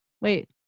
Wait